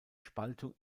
spaltung